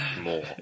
more